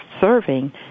serving